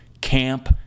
camp